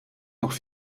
noch